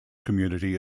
community